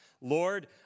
Lord